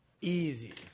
Easy